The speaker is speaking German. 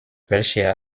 welcher